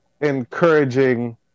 Encouraging